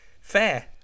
Fair